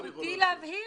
זכותי להבהיר.